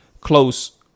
close